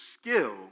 skill